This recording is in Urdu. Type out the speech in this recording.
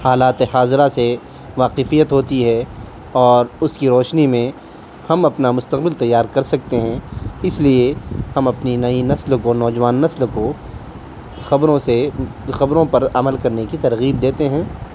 حالات حاضرہ سے واقفیت ہوتی ہے اور اس کی روشنی میں ہم اپنا مستقبل تیار کر سکتے ہیں اس لیے ہم اپنی نئی نسل کو نوجوان نسل کو خبروں سے خبروں پر عمل کرنے کی ترغیب دیتے ہیں